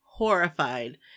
Horrified